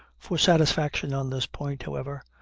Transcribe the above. for satisfaction on this point, however,